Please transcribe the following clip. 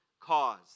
cause